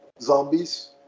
zombies